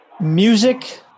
music